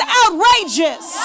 outrageous